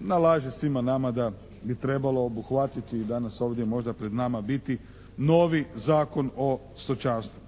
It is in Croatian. Nalaže svima nama da bi trebalo obuhvatiti i danas možda ovdje pred nama biti novi Zakon o stočarstvu.